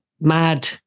mad